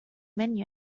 menu